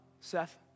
Seth